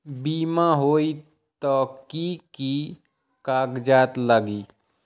बिमा होई त कि की कागज़ात लगी?